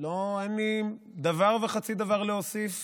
אין לי דבר וחצי דבר להוסיף